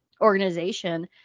organization